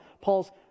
Paul's